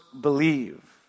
believe